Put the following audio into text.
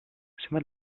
zenbat